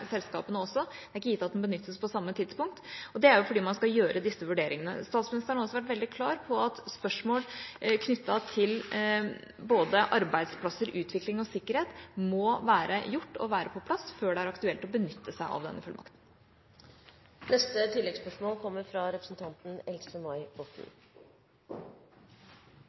selskapene også. Det er ikke gitt at den benyttes på samme tidspunkt, og det er jo fordi man skal gjøre disse vurderingene. Statsministeren har også vært veldig klar på at spørsmål knyttet til både arbeidsplasser, utvikling og sikkerhet må være gjort og være på plass før det er aktuelt å benytte seg av denne fullmakten.